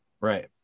right